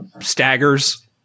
staggers